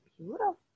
beautiful